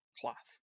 class